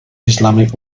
islamic